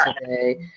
today